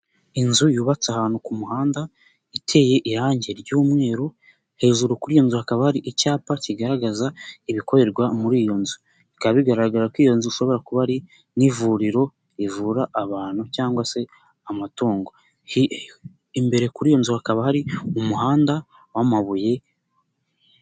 Inzu yubatse ahantu ku muhanda, iteye irangi ry'umweru, hejuru kuri iyo nzu hakaba hari icyapa kigaragaza ibikorerwa muri iyo nzu, bikaba bigaragara ko iyo nzu ishobora kuba ari nk'ivuriro, rivura abantu cyangwa se amatungo, imbere kuri iyo nzu hakaba hari umuhanda w'amabuye.